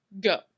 Go